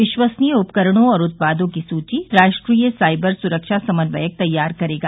विश्वसनीय उपकरणों और उत्पादों की सूची राष्ट्रीय साइबर सुरक्षा समन्वयक तैयार करेगा